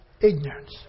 ignorance